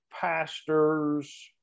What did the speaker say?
pastors